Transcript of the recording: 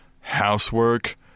housework